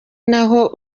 naho